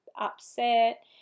upset